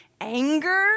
anger